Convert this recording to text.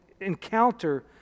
encounter